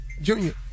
Junior